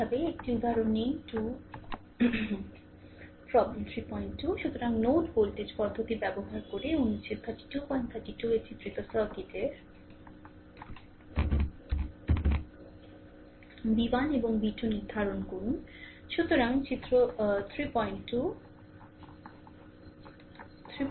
একইভাবে একটি উদাহরণ নিন 2 সুতরাং নোড ভোল্টেজ পদ্ধতি ব্যবহার করে অনুচ্ছেদ 3232 এ চিত্রিত সার্কিটের v1 এবং v2 নির্ধারণ করুন সুতরাং চিত্র 322